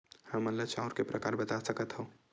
हमन ला चांउर के प्रकार बता सकत हव?